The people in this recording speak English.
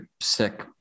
sick